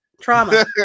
Trauma